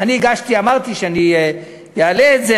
אמרתי שאני אעלה את זה.